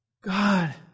God